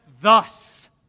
thus